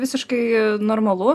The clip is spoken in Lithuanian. visiškai normalu